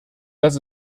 das